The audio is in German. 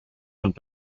und